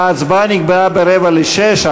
ההצבעה נקבעה ל-17:45.